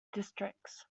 districts